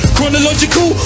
Chronological